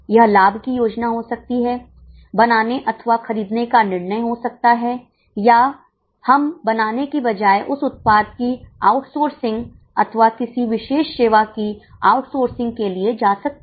यह लाभ की योजना हो सकती है बनाने अथवा खरीदने का निर्णय हो सकता है या हम बनाने की बजाय उस उत्पाद कोठेके पर देने अथवा किसी विशेष सेवा को ठेके पर देने के लिए जा सकते हैं